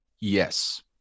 yes